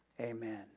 Amen